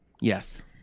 Yes